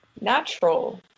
natural